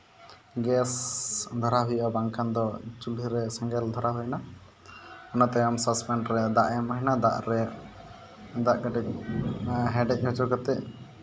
gas ᱫᱷᱚᱨᱟᱣ ᱦᱩᱭᱩᱜᱼᱟ ᱵᱟᱝᱠᱷᱟᱱ ᱫᱚ ᱪᱩᱞᱦᱟᱹ ᱨᱮ ᱥᱮᱸᱜᱮᱞ ᱫᱷᱚᱨᱟᱣ ᱦᱩᱭᱱᱟ ᱚᱱᱟ ᱛᱟᱭᱚᱢ ᱥᱟᱥᱯᱮᱱᱴ ᱨᱮ ᱫᱟᱜ ᱮᱢ ᱦᱩᱭᱮᱱᱟ ᱫᱟᱜ ᱨᱮ ᱫᱟᱜ ᱠᱟᱹᱴᱤᱡ ᱦᱮᱰᱮᱡ ᱦᱚᱪᱚ ᱠᱟᱛᱮ